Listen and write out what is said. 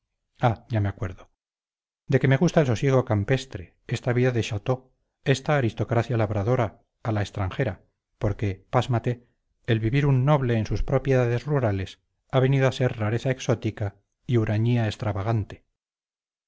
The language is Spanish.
ya me acuerdo de que me gusta el sosiego campestre esta vida de chateau esta aristocracia labradora a la extranjera porque pásmate el vivir un noble en sus propiedades rurales ha venido a ser rareza exótica y hurañía extravagante